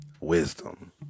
wisdom